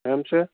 એમ છે